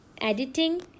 editing